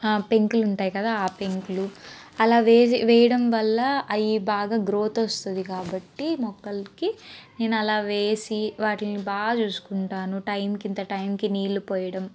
పెంకులుంటాయి కదా ఆ పెంకులు అలా వేజీ వేయడంవల్ల అవి బాగా గ్రోత్ వస్తుంది కాబట్టి మొక్కలకి నేను అలావేసి వాటిని బాగా చూసుకుంటాను టైముకి ఇంత టైముకి నీళ్లు పోయడం